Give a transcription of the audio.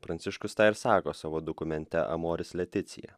pranciškus tą ir sako savo dokumente amoris leticija